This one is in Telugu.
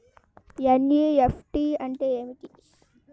ఎన్.ఈ.ఎఫ్.టీ అంటే ఏమిటి?